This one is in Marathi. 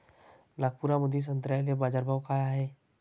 नागपुरामंदी संत्र्याले बाजारभाव काय हाय?